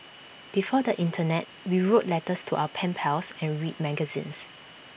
before the Internet we wrote letters to our pen pals and read magazines